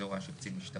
זה הוראה של קצין משטרה.